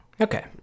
Okay